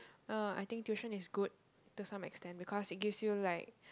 uh I think tuition is good to some extent because it gives you like